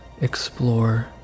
explore